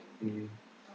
mm